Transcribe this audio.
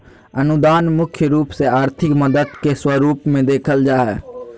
अनुदान मुख्य रूप से आर्थिक मदद के स्वरूप मे देखल जा हय